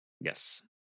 Yes